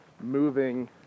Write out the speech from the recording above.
moving